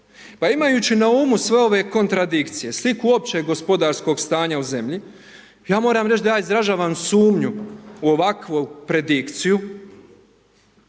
Pa imajući na umu sve ove kontradikcije, sliku općeg gospodarskog stanja u zemlji, ja moram reći da ja izražavam sumnju u ovakvu predikciju,